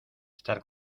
estar